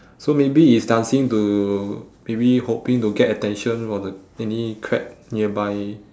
so maybe it's dancing to maybe hoping to get attention while the any crab nearby